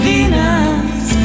Venus